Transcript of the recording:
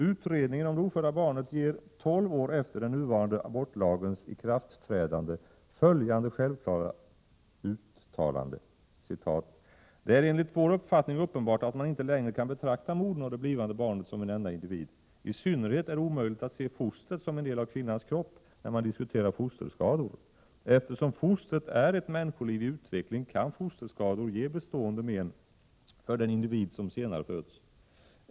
Utredningen om det ofödda barnet gör tolv år efter den nuvarande abortlagens ikraftträdande följande självklara uttalande: ”Det är enligt vår uppfattning uppenbart att man inte längre kan betrakta modern och det blivande barnet som en enda individ. I synnerhet är det omöjligt att se fostret som en del av kvinnans kropp när man diskuterar fosterskador. Eftersom fostret är ett människoliv i utveckling kan fosterskador ge bestående men för den individ som senare föds.